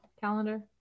calendar